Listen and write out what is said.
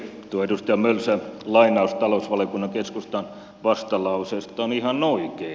tuo edustaja mölsän lainaus talousvaliokunnan keskustan vastalauseesta on ihan oikein